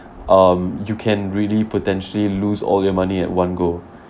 um you can really potentially lose all your money at one go